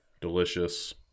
Delicious